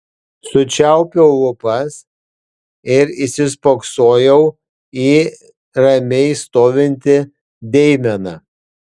sučiaupiau lūpas ir įsispoksojau į ramiai stovintį deimeną